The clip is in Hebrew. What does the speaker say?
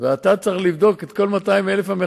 אני